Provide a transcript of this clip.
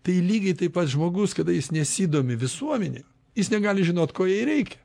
tai lygiai taip pat žmogus kada jis nesidomi visuomene jis negali žinot ko jai reikia